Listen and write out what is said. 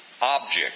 object